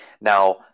Now